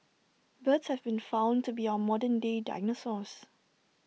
birds have been found to be our modern day dinosaurs